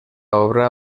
obra